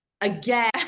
again